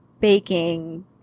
baking